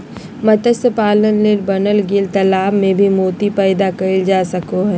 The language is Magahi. मत्स्य पालन ले बनाल गेल तालाब में भी मोती पैदा कइल जा सको हइ